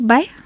Bye